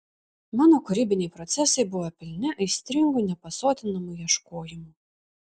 mano kūrybiniai procesai buvo pilni aistringų nepasotinamų ieškojimų